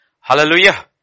Hallelujah